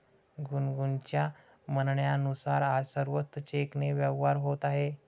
गुनगुनच्या म्हणण्यानुसार, आज सर्वत्र चेकने व्यवहार होत आहे